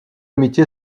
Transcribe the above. amitié